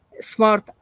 smart